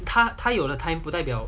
他他有了 time 不代表